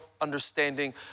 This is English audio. understanding